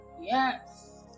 yes